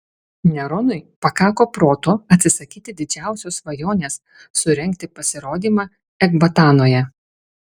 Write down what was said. neronui pakako proto atsisakyti didžiausios svajonės surengti pasirodymą ekbatanoje